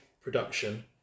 production